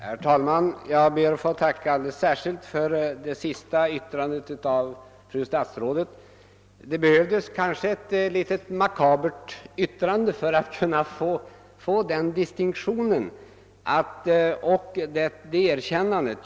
Herr talman! Jag ber att få tacka alldeles särskilt för statsrådets sista yttrande. Det behövdes kanske att jag uttryckte mig litet >makabert» för att få den distinktionen och det erkännandet.